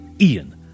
Ian